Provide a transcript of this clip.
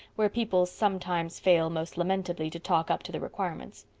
where people sometimes fail most lamentably to talk up to the requirements.